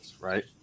Right